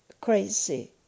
crazy